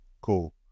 Cool